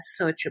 searchable